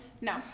No